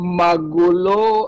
magulo